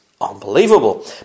unbelievable